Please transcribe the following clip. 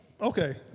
Okay